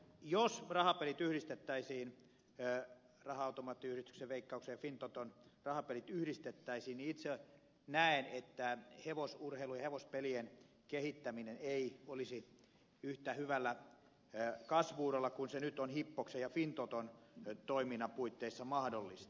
jos raha automaattiyhdistyksen veikkauksen ja fintoton rahapelit yhdistettäisiin niin itse näen että hevosurheilun ja hevospelien kehittäminen ei olisi yhtä hyvällä kasvu uralla kuin se nyt on hippoksen ja fintoton toiminnan puitteissa mahdollista